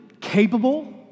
capable